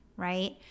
right